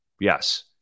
Yes